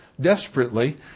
desperately